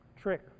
Trick